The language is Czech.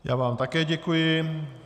Já vám také děkuji.